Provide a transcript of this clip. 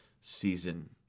season